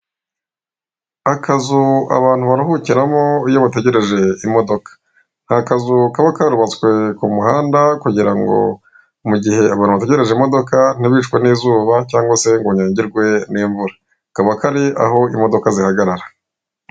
Akazu abantu baruhukiramo iyo bategereje imodoka, ni akazu kaba karubatswe ku muhanda kugira ngo mu gihe abantu bategereje imodoka ntibicwe n'izuba cyangwa se banyagirwe n'imvura, kaba kari aho imodoka zihagarara.